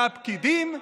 והפקידים,